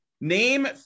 name